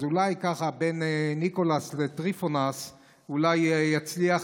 אז אולי בין ניקולס לטריפונס יצליח